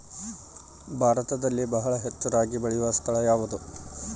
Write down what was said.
ಭಾರತದಲ್ಲಿ ಬಹಳ ಹೆಚ್ಚು ರಾಗಿ ಬೆಳೆಯೋ ಸ್ಥಳ ಯಾವುದು?